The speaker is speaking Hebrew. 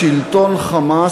לשלטון "חמאס"